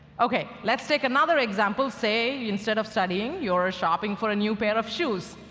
ok, let's take another example. say, instead of studying, you're shopping for a new pair of shoes.